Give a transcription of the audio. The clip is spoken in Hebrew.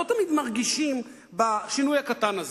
לא תמיד מרגישים בשינוי הקטן הזה,